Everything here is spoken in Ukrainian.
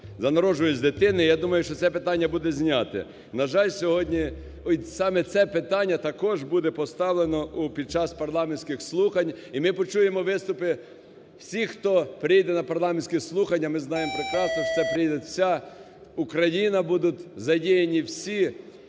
за народжуваність дитини, я думаю, що це питання буде знято. На жаль, сьогодні от саме це питання також буде поставлено під час парламентських слухань, і ми почуємо виступи всіх, хто прийде на парламентські слухання, ми знаємо прекрасно, прийде вся Україна, будуть задіяні всі